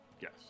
Yes